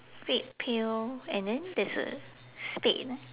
red pail and then there's a spade ah